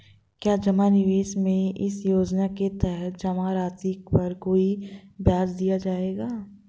क्या जमा निवेश में इस योजना के तहत जमा राशि पर कोई ब्याज दिया जाएगा?